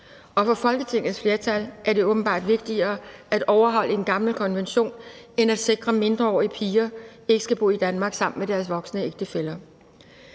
Og for Folketingets flertal er det åbenbart vigtigere at overholde en gammel konvention end at sikre, at mindreårige piger ikke skal bo i Danmark sammen med deres voksne ægtefæller.